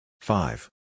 Five